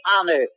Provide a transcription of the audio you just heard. honor